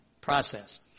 process